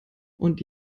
und